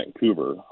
Vancouver